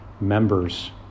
members